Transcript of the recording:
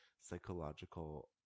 psychological